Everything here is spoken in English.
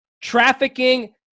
trafficking